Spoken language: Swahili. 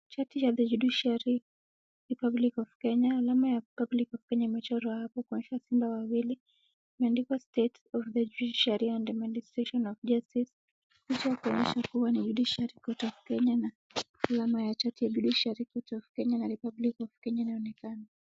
Cheti cha The Judiciary Republic of Kenya, alama ya Republic of Kenya imechorwa hapo kuonyesha simba wawili, imeandikwa State of the Judiciary and Administration of Justice. Picha ya kuonyesha kuwa ni Judiciary Court of Kenya na alama ya cheti Judiciary Court of Kenya na Republic of Kenya inaonekana.